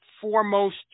foremost